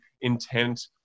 intent